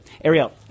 Ariel